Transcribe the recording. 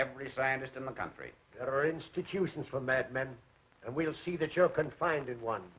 every scientist in the country or institutions from mad men and we'll see that you're confined in one